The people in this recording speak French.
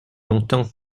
longtemps